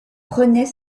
prenait